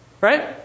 Right